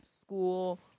school